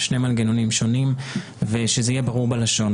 שני מנגנונים שונים ושזה יהיה ברור בלשון.